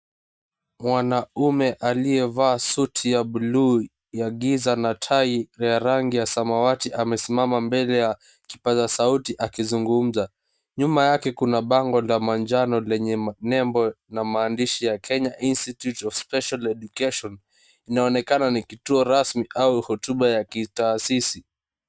Mwanaume aliyevaa suti ya buluu ya giza na tai ya rangi ya samawati amesimama mbele ya kipaza sauti akizungumza. Nyuma yake kuna bango la manjano lenye nembo na maandishi ya Kenya Institute of Special education. Inaonekana ni kituo rasmi au hotuba ya kitaasisi.